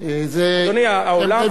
אדוני, אנחנו חייבים בחשיבה הזאת, מאה אחוז.